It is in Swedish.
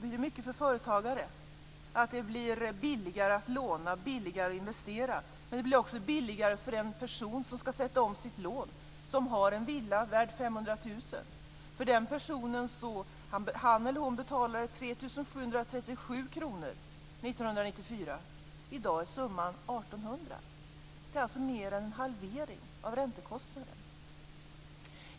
Det betyder mycket för företagare att det blir billigare att låna och billigare att investera. Men det blir också billigare för en person som skall sätta om sitt lån och som har en villa värd 500 000 kr. Den personen betalade 3 737 kr 1994. I dag är summan 1 800 kr. Det är alltså mer än en halvering av räntekostnaden.